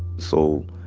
so,